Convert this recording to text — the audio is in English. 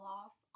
off